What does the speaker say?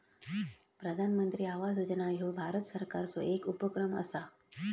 प्रधानमंत्री आवास योजना ह्यो भारत सरकारचो येक उपक्रम असा